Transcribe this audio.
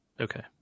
Okay